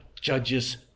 judges